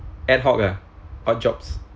ad hoc ah hot jobs